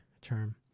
term